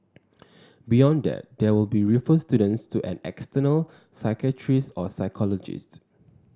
beyond that they will be refer students to an external psychiatrist or psychologists